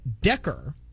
Decker